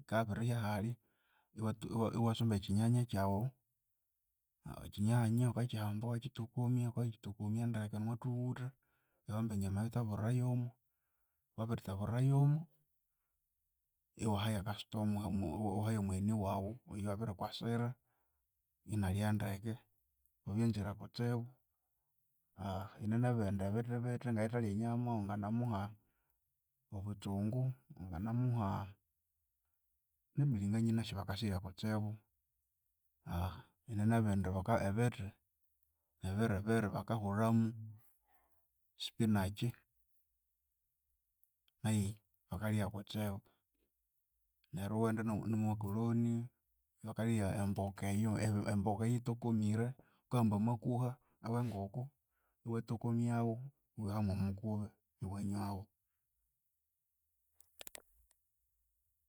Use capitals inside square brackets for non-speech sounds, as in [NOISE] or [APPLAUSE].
Yikabya yabirihya halya, [HESITATION] iwa- iwatsumba ekyinyanya kyawu [HESITATION] ekyinyanya wukakyihamba iwakyitokomya wukabya babikyitokomya ndeke omwathuwutha, iwahamba enyama eyo iwathaburira yomo, wukabya wabirithaburira yomo, iwaha ya customer iwaha yo mugheni wawu oyowabiri kwasira inalya ya ndeke. Babyanzire kutsibu. [HESITATION] yine nebindi bithi bithi nga oyuthelya enyama wanginamuha obutsungu, wanginamuha nebilinganya nasyu bakasirya kutsibu, [HESITATION] yine nebindi [HESITATION] ebithi ebiribiri bakahulhamu spinach, nayu bakalya ya kutsibu. Neryu iwaghenda namakoloni bakalya wa emboka eyu [HESITATION] emboka eyu yitokomire, wukahamba amakuha awenkoko iwatokomyawu omwamukubi iwanwawu.